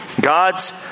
God's